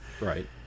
Right